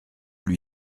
lui